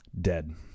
dead